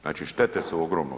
Znači štete su ogromne.